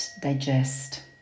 digest